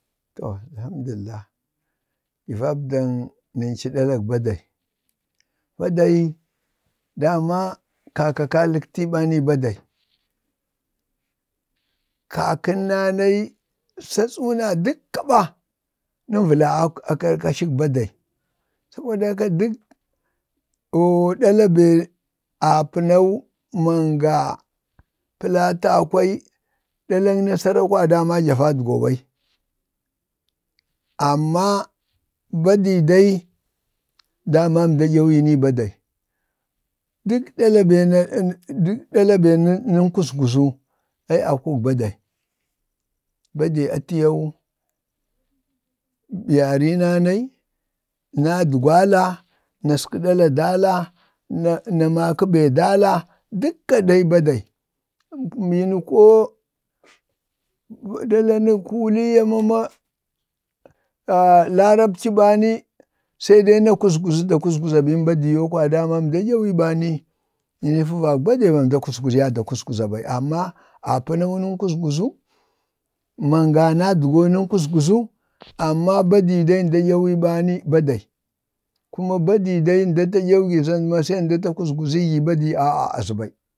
gi vabdaŋ nəncu ɗalak badai. badai, dama kaka khalətii ɓa nii badai. kakənna nai, satsuna dəkka ɓa, nən valaa a akarkashək badai saboda haka dək ɗala bee apənau, manga, plata akwai ɗalaŋ nasaroo kwayadama ja vadgoo ɓai. amma, badii dai, dama mda kyawiiyu ni badal. dək ɗala be naŋ kusguzu, akuk badai, badai atiyoo yarina nai nadgwala, naskə ɗala ɗala, na maka be dala, dəkka dai, nii badai, ni ni koo ɗala nə koo kuliiya ma larabci bani, se dai na kuzguzi də kuzguza bini badi ni ca ba nda ɗyawiyu ba nii nii favək badai, mda zaya də kuzguza bai amma apənau nən kuzguzu, manga nadgoo naŋ kusguzu amma badii dai nda dyawiiya ɓa nii badai, kuma badii dai nda ta ɗyawəgi za nda ta kuzguzigi badai, a'a azəɓai,